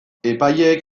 epaileek